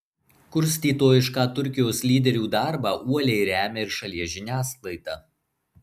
kurstytojišką turkijos lyderių darbą uoliai remia ir šalies žiniasklaida